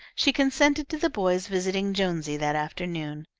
she consented to the boys visiting jonesy that afternoon.